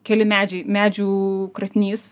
keli medžiai medžių kratinys